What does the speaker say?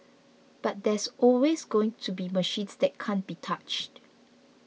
but there's always going to be machines that can't be touched